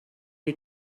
you